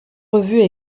revues